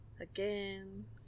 again